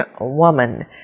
woman